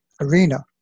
arena